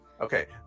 Okay